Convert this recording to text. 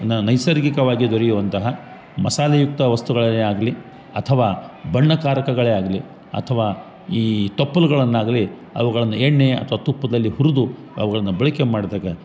ನ ನೈಸರ್ಗಿಕವಾಗಿ ದೊರೆಯುವಂತಹ ಮಸಾಲೆಯುಕ್ತ ವಸ್ತುಗಳೇ ಆಗಲಿ ಅಥವಾ ಬಣ್ಣಕಾರಕಗಳೇ ಆಗಲಿ ಅಥವಾ ಈ ತಪ್ಲುಗಳನ್ನಾಗಲಿ ಅವುಗಳನ್ನ ಎಣ್ಣೆ ಅಥ್ವ ತುಪ್ಪದಲ್ಲಿ ಹುರ್ದು ಅವುಗಳನ್ನ ಬಳಕೆ ಮಾಡಿದಾಗ